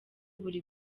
buri